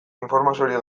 informaziorik